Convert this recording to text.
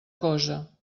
cosa